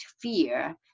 fear